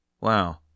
Wow